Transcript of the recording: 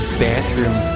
bathroom